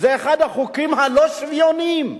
זה אחד החוקים הלא-שוויוניים,